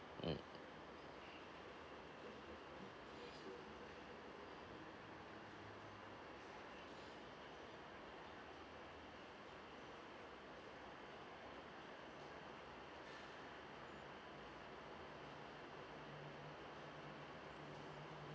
mm